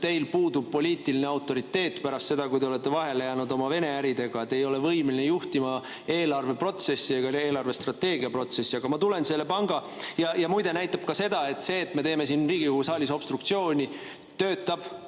teil puudub poliitiline autoriteet pärast seda, kui te olete vahele jäänud oma Vene äridega. Te ei ole võimeline juhtima eelarve protsessi ega eelarvestrateegia protsessi. Aga ma tulen selle panga … Ja muide, see näitab ka seda, et see, et me teeme siin Riigikogu saalis obstruktsiooni, töötab,